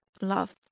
love